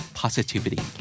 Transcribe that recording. positivity